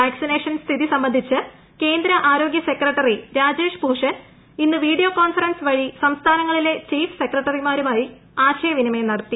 vaccination സ്ഥിതി സംബന്ധിച്ച് കേന്ദ്ര ആരോഗൃ സെക്രട്ടറി രാജേഷ് ഭൂഷൻ ഇന്ന് വീഡിയോ കോൺഫറൻസ് വഴി സംസ്ഥാനങ്ങളിലെ ചീഫ് സെക്രട്ടറിമാരുമായി ആശയവിനിമയം നടത്തി